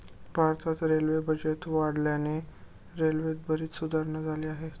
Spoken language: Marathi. भारतात रेल्वे बजेट वाढल्याने रेल्वेत बरीच सुधारणा झालेली आहे